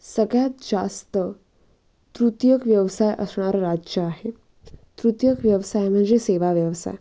सगळ्यात जास्त तृतीयक व्यवसाय असणारं राज्य आहे तृतीयक व्यवसाय म्हणजे सेवा व्यवसाय